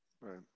Right